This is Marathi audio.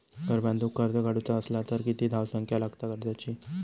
घर बांधूक कर्ज काढूचा असला तर किती धावसंख्या लागता कर्जाची?